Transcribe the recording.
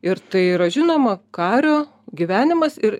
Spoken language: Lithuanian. ir tai yra žinoma kario gyvenimas ir